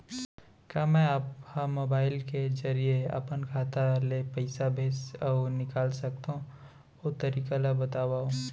का मै ह मोबाइल के जरिए अपन खाता ले पइसा भेज अऊ निकाल सकथों, ओ तरीका ला बतावव?